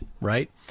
Right